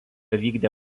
vykdė